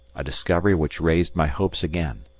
a discovery which raised my hopes again.